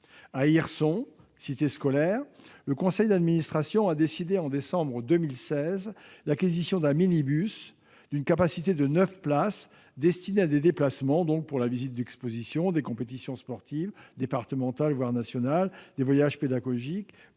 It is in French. À Hirson, à la cité scolaire, le conseil d'administration a décidé en décembre 2016 d'acquérir un minibus d'une capacité de neuf places destiné à des déplacements pour la visite d'expositions, des compétitions sportives départementales, voire nationales, des voyages pédagogiques